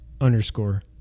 underscore